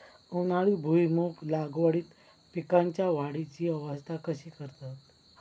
उन्हाळी भुईमूग लागवडीत पीकांच्या वाढीची अवस्था कशी करतत?